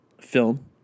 film